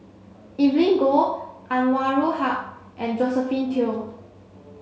Evelyn Goh Anwarul Haque and Josephine Teo